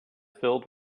filled